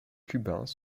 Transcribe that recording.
cubains